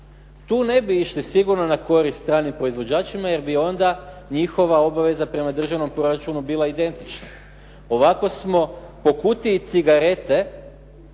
tu ne bi išli sigurno na korist stranim proizvođačima, jer bi onda njihova obaveza prema državnom proračunu bila identična. Ovako smo po kutiji cigarete